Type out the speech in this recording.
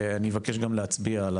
אני אבקש גם להצביע על